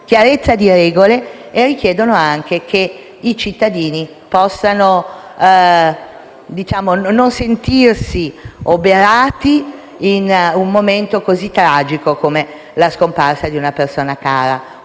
chiarezza di regole e anche che i cittadini possano non sentirsi oberati in un momento così tragico, come la scomparsa di una persona cara.